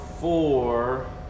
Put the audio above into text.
four